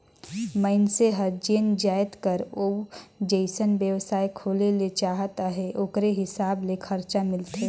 मइनसे हर जेन जाएत कर अउ जइसन बेवसाय खोले ले चाहत अहे ओकरे हिसाब ले खरचा मिलथे